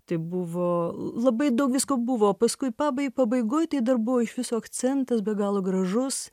tai buvo labai daug visko buvo paskui pabai pabaigoj tai dar buvo iš viso akcentas be galo gražus